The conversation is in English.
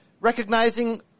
recognizing